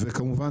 וכמובן,